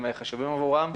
חשובים עבור כל האזרחים.